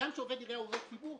הגם שעובד עירייה הוא עובד ציבור,